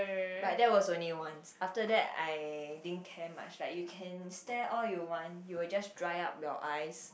but that was only once after that I didn't care much like you can stare all you want you will just dry up your eyes